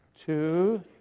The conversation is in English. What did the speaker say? two